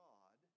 God